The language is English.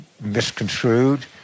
misconstrued